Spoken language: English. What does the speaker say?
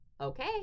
okay